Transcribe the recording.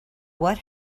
what